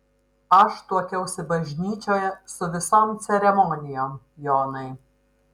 aš tuokiausi bažnyčioje su visom ceremonijom jonai